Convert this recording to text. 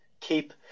Keep